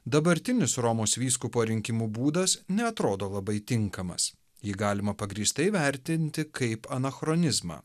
dabartinis romos vyskupo rinkimų būdas neatrodo labai tinkamas jį galima pagrįstai vertinti kaip anachronizmą